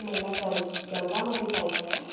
मला दर दर्गामध्ये जायचंय